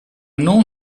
non